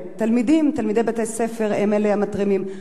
תלמידים, תלמידי בתי-הספר, הם המתרימים.